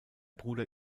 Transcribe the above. bruder